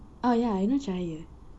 oh ya I know cahaya